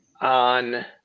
on